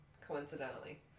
Coincidentally